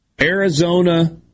Arizona